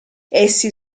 essi